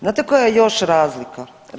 Znate koja je još razlika?